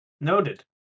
Noted